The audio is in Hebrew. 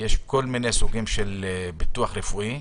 יש כל מיני סוגים של ביטוח רפואי.